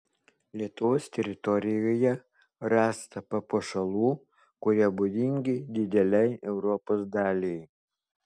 lietuvos teritorijoje rasta papuošalų kurie būdingi didelei europos daliai